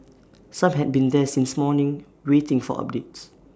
some had been there since morning waiting for updates